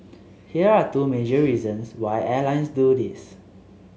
here are two major reasons why airlines do this